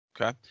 Okay